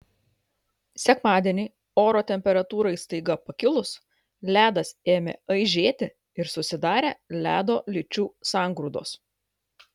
sekmadienį oro temperatūrai staiga pakilus ledas ėmė aižėti ir susidarė ledo lyčių sangrūdos